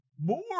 more